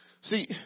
See